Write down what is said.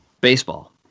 baseball